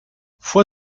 vor